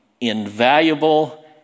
invaluable